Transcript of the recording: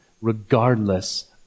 regardless